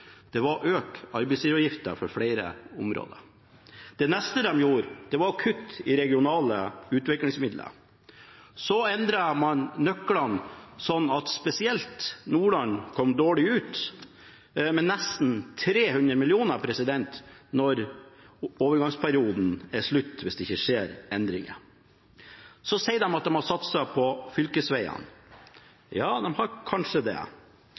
gjorde, var å øke arbeidsgiveravgiften for flere områder. Det neste den gjorde, var å kutte i regionale utviklingsmidler. Så endret man nøklene slik at spesielt Nordland kom dårlig ut, med nesten 300 mill. kr når overgangsperioden er slutt, hvis det ikke skjer endringer. Man sier at man har satset på fylkesvegene. Ja, man har kanskje det.